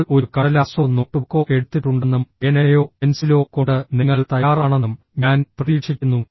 നിങ്ങൾ ഒരു കടലാസോ നോട്ട്ബുക്കോ എടുത്തിട്ടുണ്ടെന്നും പേനയോ പെൻസിലോ കൊണ്ട് നിങ്ങൾ തയ്യാറാണെന്നും ഞാൻ പ്രതീക്ഷിക്കുന്നു